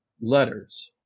letters